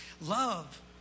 love